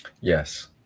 Yes